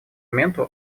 моменту